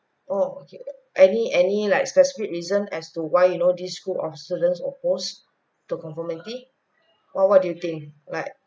oh okay any any likes specific reason as to why you know these school of students oppose to conformity what what do you think like